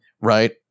right